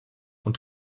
und